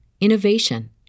innovation